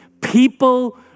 people